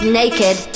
naked